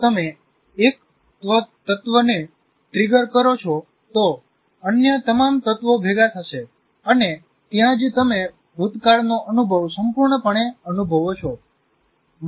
જો તમે એક તત્વને ટ્રિગર કરો છો તો અન્ય તમામ તત્વો ભેગા થશે અને ત્યાં જ તમે ભૂતકાળનો અનુભવ સંપૂર્ણપણે અનુભવો છો